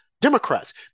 Democrats